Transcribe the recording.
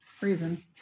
reason